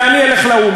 ואני אלך לאו"ם,